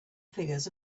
figures